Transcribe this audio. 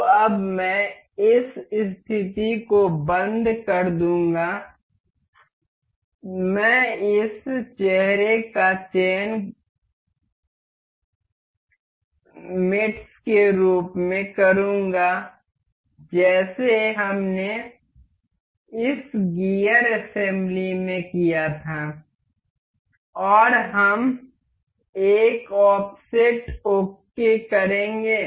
तो अब मैं इस स्थिति को बंद कर दूंगा मैं इस चेहरे का चयन दोस्त के रूप में करूँगा जैसे हमने इस गियर असेंबली में किया था और हम एक ऑफसेट ओके करेंगे